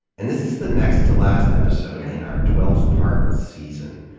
and this is the next-to-last episode in our twelve part season.